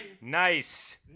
Nice